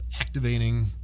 activating